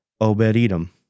Obed-Edom